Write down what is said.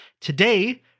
Today